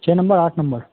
छः नम्बर आठ नम्बर